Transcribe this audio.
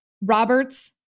Roberts